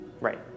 Right